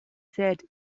said